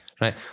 right